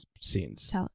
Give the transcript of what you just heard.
scenes